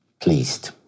pleased